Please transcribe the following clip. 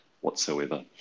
whatsoever